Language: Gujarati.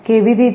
કેવી રીતે